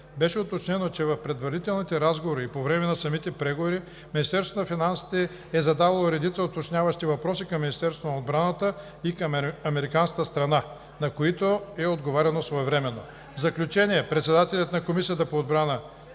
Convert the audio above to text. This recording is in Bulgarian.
Беше уточнено, че в предварителните разговори и по време на самите преговори, Министерството на финансите е задавало редица уточняващи въпроси към Министерството на отбраната и към американската страна, на които е отговаряно своевременно. В заключение, председателят на Комисията по отбрана